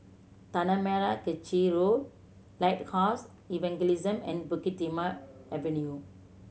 Tanah Merah Kechil Road Lighthouse Evangelism and Bukit Timah Avenue